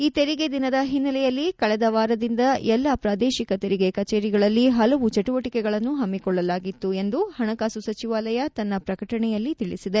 ಈ ತೆರಿಗೆ ದಿನದ ಹಿನ್ನೆಲೆಯಲ್ಲಿ ಕಳೆದ ವಾರದಿಂದ ಎಲ್ಲಾ ಪ್ರಾದೇಶಿಕ ತೆರಿಗೆ ಕಚೇರಿಗಳಲ್ಲಿ ಹಲವು ಚಟುವಟಿಕೆಗಳನ್ನು ಹಮ್ಮಿಕೊಳ್ಳಲಾಗಿತ್ತು ಎಂದು ಹಣಕಾಸು ಸಚಿವಾಲಯ ತನ್ನ ಪ್ರಕಟಣೆಯಲ್ಲಿ ತಿಳಿಸಿದೆ